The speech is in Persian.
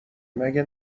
مگه